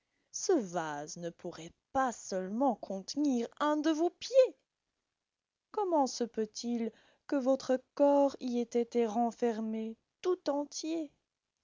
ce vase ne pourrait pas seulement contenir un de vos pieds comment se peut-il que votre corps y ait été renfermé tout entier